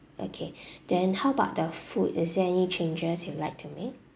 okay then how about the food is there any changes you like to make